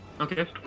Okay